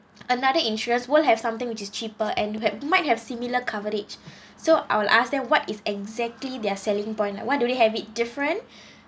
another insurers will have something which is cheaper and have might have similar coverage so I will ask them what is exactly their selling point ah what do they have it different